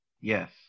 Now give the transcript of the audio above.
yes